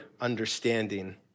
understanding